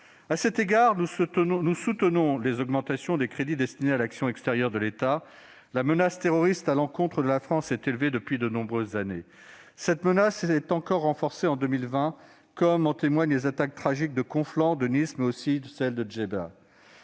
À cet égard, nous soutenons l'augmentation des crédits destinés à l'action extérieure de l'État. La menace terroriste à l'encontre de la France est élevée depuis de nombreuses années et s'est encore renforcée en 2020, comme en témoignent les attaques tragiques de Conflans-Sainte-Honorine, de Nice et Djeddah.